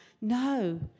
No